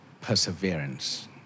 perseverance